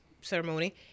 ceremony